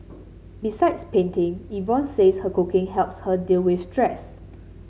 besides painting Yvonne says a cooking helps her deal with stress